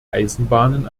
eisenbahnen